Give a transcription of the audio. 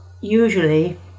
usually